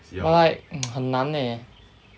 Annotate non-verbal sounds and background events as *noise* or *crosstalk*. but like *noise* 很难 leh